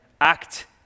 act